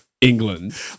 England